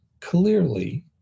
clearly